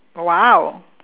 !wow!